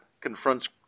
confronts